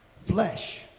flesh